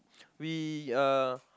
we uh